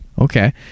Okay